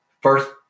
first